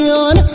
on